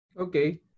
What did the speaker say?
Okay